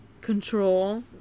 control